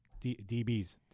DBs